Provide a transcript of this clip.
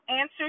answer